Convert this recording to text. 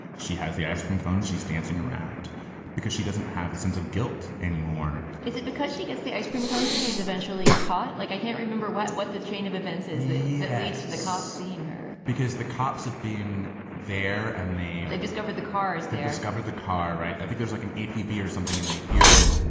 she has the ice cream cone. she's dancing around because she doesn't have a sense of guilt anymore is it because she gets the ice cream cones that she's eventually caught? like, i can't remember what what the chain of events is that yeah leads to the cop seeing her because the cops have been there and maybe they've discovered the car as they discovered the car. right. i think there's like an apb or something and they hear it.